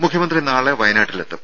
മുഖ്യമന്ത്രി നാളെ വയനാട്ടിലെത്തും